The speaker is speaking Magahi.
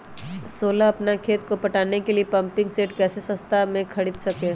सोलह अपना खेत को पटाने के लिए पम्पिंग सेट कैसे सस्ता मे खरीद सके?